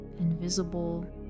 invisible